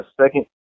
second